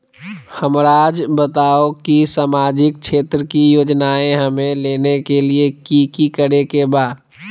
हमराज़ बताओ कि सामाजिक क्षेत्र की योजनाएं हमें लेने के लिए कि कि करे के बा?